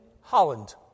Holland